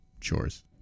chores